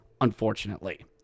unfortunately